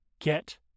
get